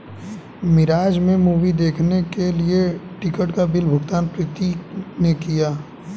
मिराज में मूवी देखने के लिए टिकट का बिल भुगतान प्रीति ने किया